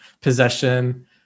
possession